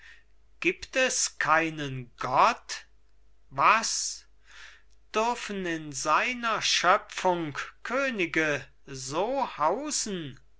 gibt es keinen gott was dürfen in seiner schöpfung könige so hausen